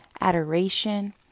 adoration